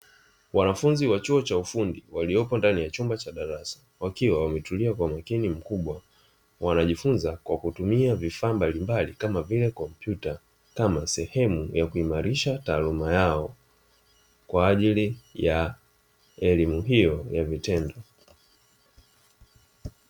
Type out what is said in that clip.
Wanafunzi wa chuo cha ufundi waliopo ndani ya chumba cha darasa, wakiwa wametulia kwa makini mkubwa, wanajifunza kwa kutumia vifaa mbalimbali kama vile kompyuta, kama sehemu ya kuimarisha taaluma yao kwa ajili ya elimu hiyo ya vitendo.